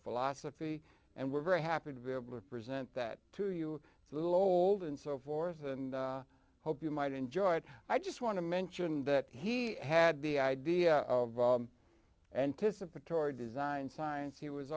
philosophy and we're very happy to be able to present that to you it's a little old and so forth and i hope you might enjoy it i just want to mention that he had the idea of anticipatory design science he was